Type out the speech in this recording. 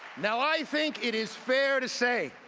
now, i think it is fair to say